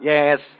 Yes